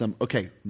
okay